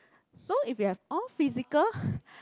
so if you have all physical